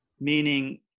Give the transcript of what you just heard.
Meaning